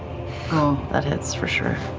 oh, that hits for sure.